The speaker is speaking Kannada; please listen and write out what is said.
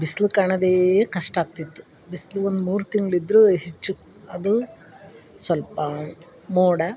ಬಿಸಿಲು ಕಾಣದೇ ಕಷ್ಟಾಗ್ತಿತ್ತು ಬಿಸ್ಲು ಒಂದು ಮೂರುತಿಂಗ್ಳು ಇದ್ರೂ ಹೆಚ್ಚು ಅದು ಸ್ವಲ್ಪ ಮೋಡ